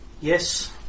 Yes